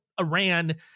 Iran